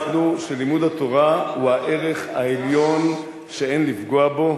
שלימוד התורה הוא הערך העליון שאין לפגוע בו.